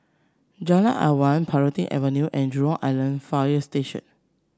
Jalan Awan Planting Avenue and Jurong Island Fire Station